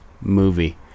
movie